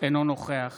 אינו נוכח